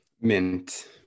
mint